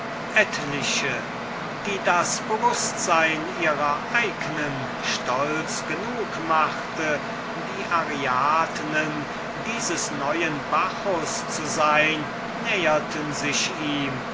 etliche die das bewußtsein ihrer eignen stolz genug machte die ariadnen dieses neuen bacchus zu sein näherten sich ihm